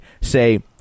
say